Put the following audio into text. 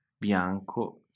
bianco